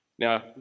Now